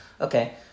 Okay